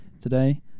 Today